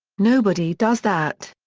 nobody does that.